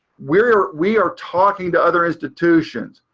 we're. we are talking to other institutions.